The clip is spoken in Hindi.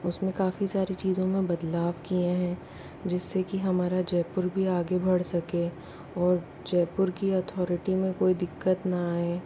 उसमें काफी सारी चीज़ों में बदलाव किये हैं जिससे कि हमारा जयपुर भी आगे बढ़ सके और जयपुर की अथॉरिटी में कोई दिक्कत न आये